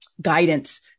guidance